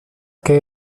que